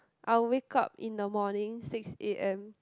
I would wake up in the morning six A_M